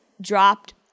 dropped